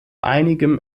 einigem